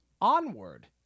Onward